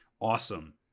awesome